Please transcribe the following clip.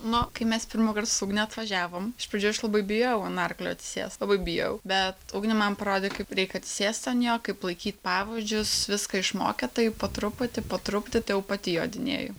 na kai mes pirmąkart su ugne atvažiavom iš pradžių aš labai bijojau ant arklio atsisėst labai bijojau bet ugnė man parodė kaip reik atsisėst ant jo kaip laikyt pavadžius viską išmokė taip po truputį po truputį tai jau pati jodinėju